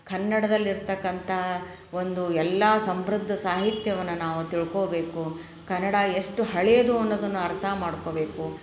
ಕನ್ನಡ್ದಲ್ಲಿರ್ತಕ್ಕಂಥ ಒಂದು ಎಲ್ಲ ಸಂಪ್ರದ್ ಸಾಹಿತ್ಯವನು ನಾವು ತಿಳ್ಕೋಬೇಕು ಕನ್ನಡ ಎಷ್ಟು ಹಳೆಯದು ಅನ್ನೋದನ್ನು ಅರ್ಥ ಮಾಡ್ಕೋಬೇಕು